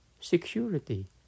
security